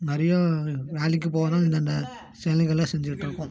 நிறைய வேலைக்குப் போனால் இந்தெந்த செயல்கள்லாம் செஞ்சிகிட்ருப்போம்